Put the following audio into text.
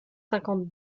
cinquante